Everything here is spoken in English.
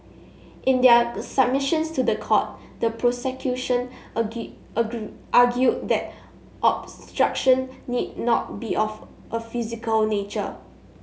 in their submissions to the court the prosecution argued that obstruction need not be of a physical nature